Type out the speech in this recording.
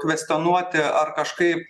kvestionuoti ar kažkaip